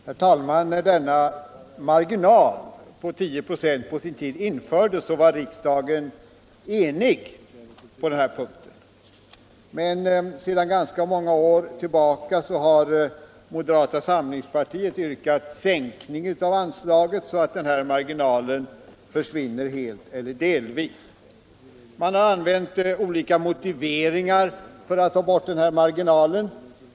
Herr talman! Riksdagsbeslutet om denna marginal på 10 96 fattades på sin tid av en enig riksdag. Men sedan ganska många år tillbaka har Nr 42 moderata Samlingspartiet yrkat sänkning av anslaget så att marginalen Torsdagen den helt eller delvis skulle försvinna. 20 mars 1975 Man har använt olika motiveringar för att ta bort marginalen.